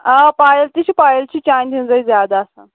آ پایل تہِ چھِ پایل چھِ چانٛدِ ہٕنٛزٕے زیادٕ آسان